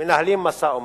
מנהלים משא-ומתן,